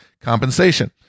compensation